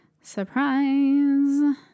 surprise